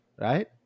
right